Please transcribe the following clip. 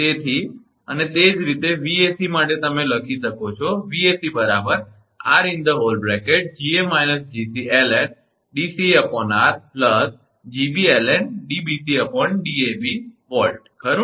તેથી અને તે જ રીતે 𝑉𝑎𝑐 માટે તમે લખી શકો છો 𝑉𝑎𝑐 𝑟 𝐺𝑎 − 𝐺𝑐 ln𝐷𝑐𝑎𝑟 𝐺𝑏ln 𝐷𝑏𝑐𝐷𝑎𝑏𝑉 ખરું